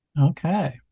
Okay